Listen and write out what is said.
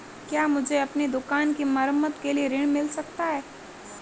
क्या मुझे अपनी दुकान की मरम्मत के लिए ऋण मिल सकता है?